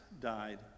died